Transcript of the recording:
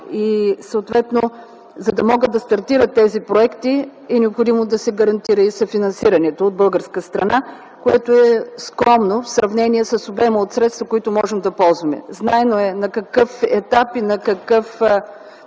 милиона. За да могат да стартират тези проекти, е необходимо да се гарантира и съфинансирането от българска страна, което е скромно в сравнение с обема от средства, които можем да ползваме. Знаем на какъв етап и на какво